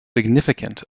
significant